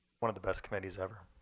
one of the best committees ever.